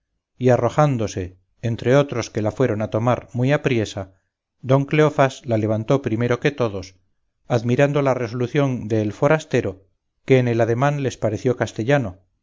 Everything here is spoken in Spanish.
y arrojándose entre otros que la fueron a tomar muy apriesa don cleofás la levantó primero que todos admirando la resolución de el forastero que en el ademán les pareció castellano